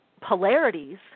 polarities